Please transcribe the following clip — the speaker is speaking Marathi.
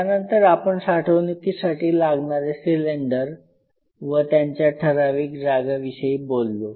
त्यानंतर आपण साठवणुकीसाठी लागणारे सिलेंडर व त्यांच्या ठराविक जागेविषयी बोललो